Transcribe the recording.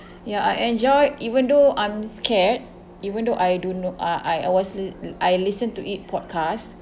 ya I enjoy it even though I'm scared even though I don't know uh I I was l~ I listen to it podcast